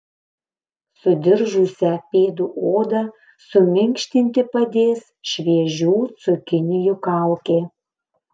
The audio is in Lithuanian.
sudiržusią pėdų odą suminkštinti padės šviežių cukinijų kaukė